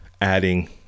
adding